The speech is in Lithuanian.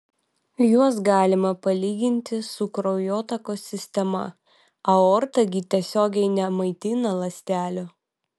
juos galima palyginti su kraujotakos sistema aorta gi tiesiogiai nemaitina ląstelių